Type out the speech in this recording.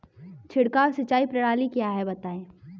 छिड़काव सिंचाई प्रणाली क्या है बताएँ?